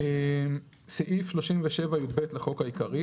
"78א.בסעיף 37יב לחוק העיקרי